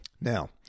Now